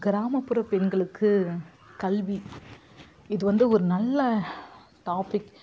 கிராமப்புற பெண்களுக்கு கல்வி இது வந்து ஒரு நல்ல டாப்பிக்